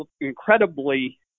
incredibly